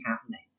happening